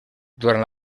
durant